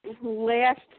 last